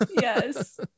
Yes